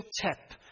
tap